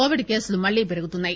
Covid కేసులు మళ్లీ పెరుగుతున్నాయి